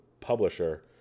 publisher